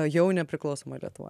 jau nepriklausomoj lietuvoj